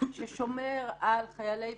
ששומר על חיילי,